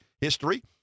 history